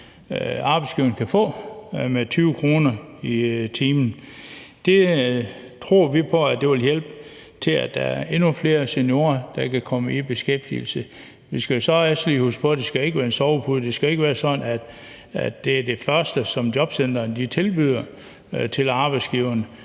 arbejdsgiveren kan få, med 20 kr. i timen. Det tror vi på vil hjælpe, i forhold til at der er endnu flere seniorer, der kan komme i beskæftigelse. Vi skal jo så også lige huske på, at det ikke skal være en sovepude. Det skal ikke være sådan, at det er det første, som jobcentrene tilbyder arbejdsgiveren.